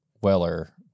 Weller